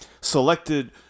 selected